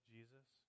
Jesus